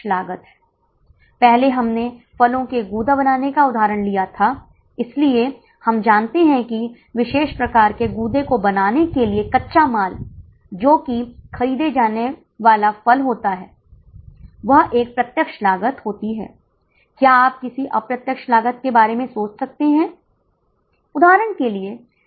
वास्तव में रियायती शुल्क सिर्फ 108 होगा क्योंकि हम जानते हैं कि प्रति छात्र परिवर्तनीय लागत 108 है हम उनसे केवल उतना ही कवर करना चाहते हैं जितना कि उनकी परिवर्तनीय लागत जो कि 108 है उसे कवर करने के लिए पर्याप्त भर है